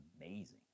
amazing